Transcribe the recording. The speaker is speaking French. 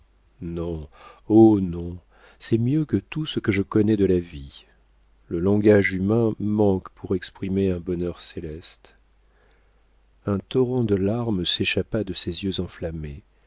non oh non c'est mieux que tout ce que je connais de la vie le langage humain manque pour exprimer un bonheur céleste un torrent de larmes s'échappa de ses yeux enflammés